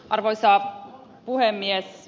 arvoisa puhemies